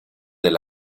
del